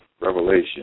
Revelation